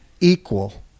equal